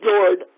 Lord